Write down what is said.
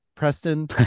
Preston